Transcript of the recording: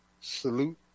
salute